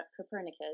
Copernicus